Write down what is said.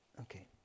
Okay